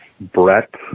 Brett